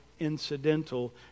incidental